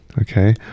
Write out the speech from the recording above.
okay